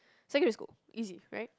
secondary school easy right